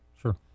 Sure